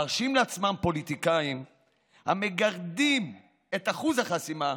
מרשים לעצמם פוליטיקאים המגרדים את אחוז החסימה